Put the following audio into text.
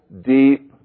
deep